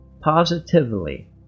positively